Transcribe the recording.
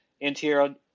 interior